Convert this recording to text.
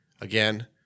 Again